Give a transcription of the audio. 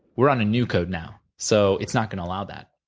we're on a new code, now, so it's not gonna allow that,